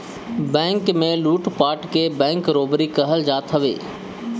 bank में लूटपाट के बैंक रोबरी कहल जात हवे